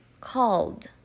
Called